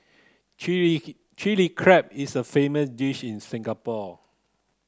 chilli Chilli Crab is a famous dish in Singapore